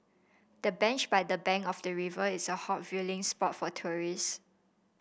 the bench by the bank of the river is a hot viewing spot for tourist